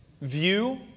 view